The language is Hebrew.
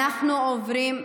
ג'ידא,